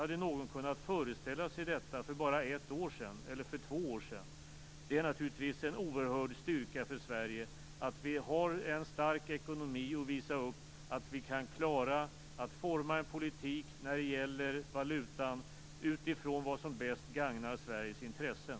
Hade någon kunnat föreställa sig detta för bara ett eller två år sedan? Det är naturligtvis en oerhörd styrka för oss i Sverige att vi har en stark ekonomi att visa upp och att vi kan klara att forma en politik när det gäller valutan utifrån vad som bäst gagnar Sveriges intressen.